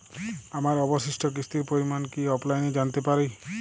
আমার অবশিষ্ট কিস্তির পরিমাণ কি অফলাইনে জানতে পারি?